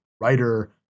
writer